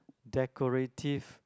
decorative